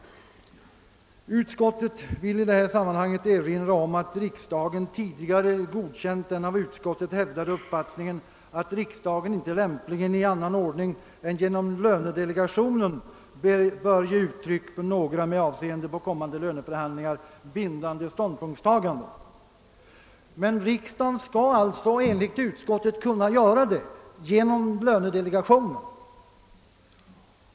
Utskottet erinrar i detta sammanhang om att riksdagen tidigare har godkänt den av utskottet hävdade uppfattningen, att riksdagen inte gärna i annan ordning än genom lönedelegationen bör ge uttryck för några med avseende på kommande löneförhandlingar bindande ståndpunktstaganden. Men riksdagen skall alltså enligt utskottet kunna göra det genom lönedelegationen.